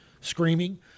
screaming